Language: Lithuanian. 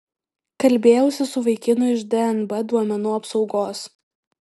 kalbėjausi su vaikinu iš dnb duomenų apsaugos